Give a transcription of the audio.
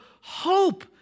hope